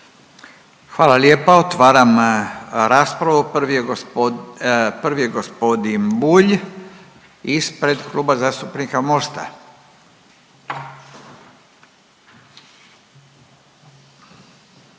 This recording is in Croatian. Hvala lijepa. Otvaram raspravu, prvi je gospo…, prvi je g. Bulj ispred Kluba zastupnika Mosta.